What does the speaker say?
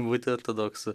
būti ortodoksu